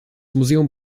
museum